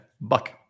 Buck